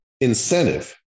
incentive